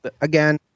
again